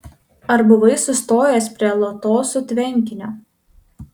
ar buvai sustojęs prie lotosų tvenkinio